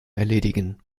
erledigen